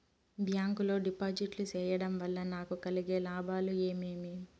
Bank లో డిపాజిట్లు సేయడం వల్ల నాకు కలిగే లాభాలు ఏమేమి?